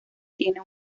tiene